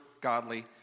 godly